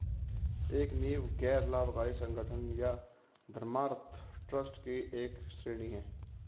एक नींव गैर लाभकारी संगठन या धर्मार्थ ट्रस्ट की एक श्रेणी हैं